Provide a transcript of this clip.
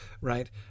right